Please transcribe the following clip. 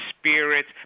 spirits